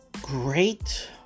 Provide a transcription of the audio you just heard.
great